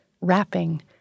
wrapping